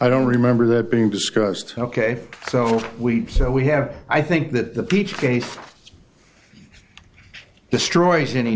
i don't remember that being discussed ok so we said we have i think that the peter case destroys any